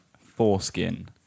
foreskin